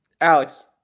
Alex